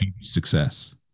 success